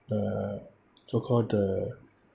the so-called the